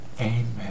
Amen